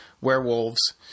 Werewolves